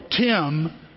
Tim